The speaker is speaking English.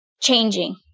changing